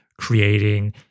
creating